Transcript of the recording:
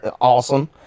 Awesome